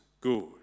good